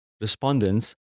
respondents